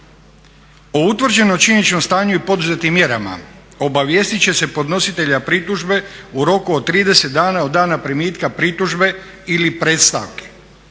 O utvrđenom činjeničnom stanju i poduzetim mjerama obavijestit će se podnositelja pritužbe u roku od 30 dana od dana primitka pritužbe ili predstavke.